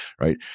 right